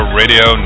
radio